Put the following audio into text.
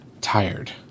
tired